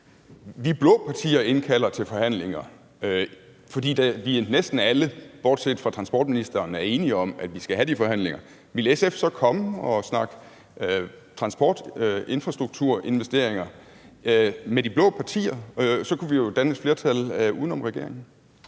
vi blå partier indkalder til forhandlinger, fordi vi næsten alle bortset fra transportministeren er enige om, at vi skal have de forhandlinger, ville SF så komme og snakke transportinfrastrukturinvesteringer med de blå partier? Så kunne vi jo danne et flertal uden om regeringen.